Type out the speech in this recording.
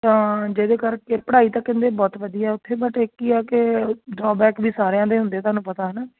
ਤਾਂ ਜਿਹਦੇ ਕਰਕੇ ਪੜ੍ਹਾਈ ਤਾਂ ਕਹਿੰਦੇ ਬਹੁਤ ਵਧੀਆ ਉੱਥੇ ਬਟ ਇੱਕ ਕੀ ਹੈ ਕਿ ਡ੍ਰੋਬੈਕ ਵੀ ਸਾਰਿਆਂ ਦੇ ਹੁੰਦੇ ਤੁਹਾਨੂੰ ਪਤਾ ਹੈ ਨਾ